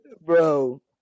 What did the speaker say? Bro